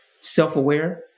self-aware